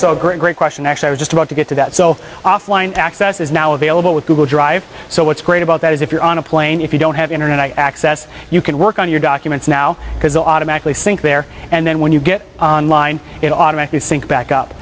so great great question actually i was just about to get to that so offline access is now available with google drive so what's great about that is if you're on a plane if you don't have internet access you can work on your documents now because automatically sync there and then when you get on line it automatically sync back up